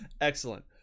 excellent